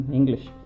English